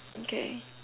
okay